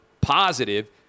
Positive